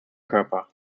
körper